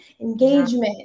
engagement